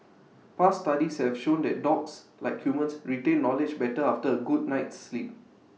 past studies have shown that dogs like humans retain knowledge better after A good night's sleep